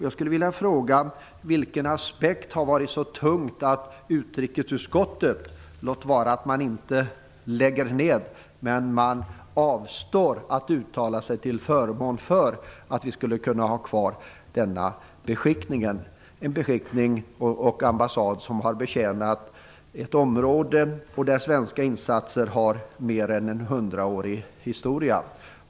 Jag skulle vilja fråga: Vilken aspekt har vägt så tungt att utrikesutskottet avstått från att uttala sig till förmån för att ha kvar denna beskickning, en beskickning som har betjänat ett område där svenska insatser har en mer än hundraårig historia?